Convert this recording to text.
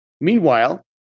Meanwhile